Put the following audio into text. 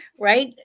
right